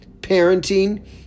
Parenting